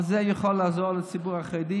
אבל זה יכול לעזור לציבור החרדי,